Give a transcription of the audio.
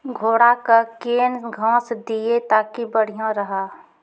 घोड़ा का केन घास दिए ताकि बढ़िया रहा?